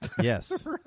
Yes